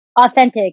authentic